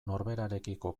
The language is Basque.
norberarekiko